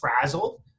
frazzled